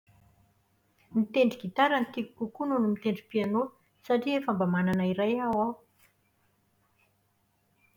Mitendry gitara no tiako kokoa noho ny mitendry piano satria efa mba manana iray aho ao.